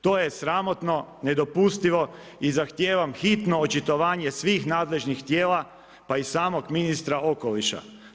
To je sramotno, nedopustivo i zahtijevam hitno očitovanje svih nadležnih tijela pa i samog ministra okoliša.